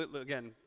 Again